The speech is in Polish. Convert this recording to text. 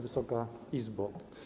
Wysoka Izbo!